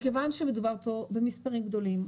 מכיוון שמדובר פה במספרים גדולים,